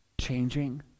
changing